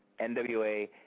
NWA